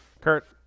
Kurt